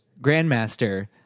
Grandmaster